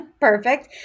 perfect